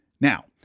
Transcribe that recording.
Now